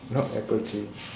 not apple tree